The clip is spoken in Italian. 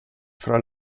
fra